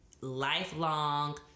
lifelong